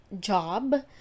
job